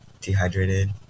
dehydrated